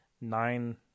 nine